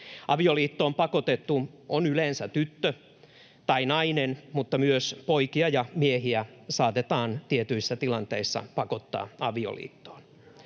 Avioliittoon pakotettu on yleensä tyttö tai nainen, mutta myös poikia ja miehiä saatetaan tietyissä tilanteissa pakottaa avioliittoon.